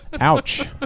Ouch